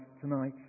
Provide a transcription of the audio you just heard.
tonight